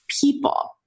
people